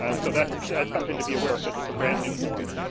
and so that's something to be aware of because it's a brand new form.